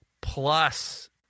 plus